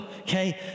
okay